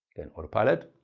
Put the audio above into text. and auto-pilot.